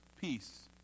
peace